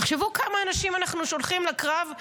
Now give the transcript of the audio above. תחשבו כמה אנשים אנחנו שולחים לקרב,